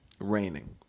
Raining